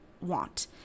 want